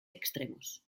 extremos